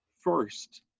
First